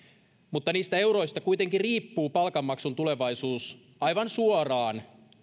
mutta niistä euroista kuitenkin riippuu palkanmaksun tulevaisuus aivan suoraan